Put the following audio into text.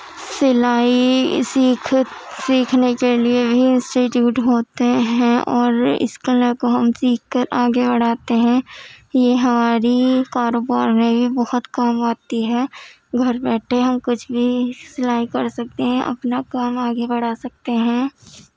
سلائی سیکھ سیکھنے کے لیے بھی انسٹیٹیوٹ ہوتے ہیں اور اس کلا کو ہم سیکھ کر آگے بڑھاتے ہیں یہ ہماری کاروبار میں بھی بہت کام آتی ہے گھر بیٹھے ہم کچھ بھی سلائی کر سکتے ہیں اپنا کام آگے بڑھا سکتے ہیں